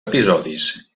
episodis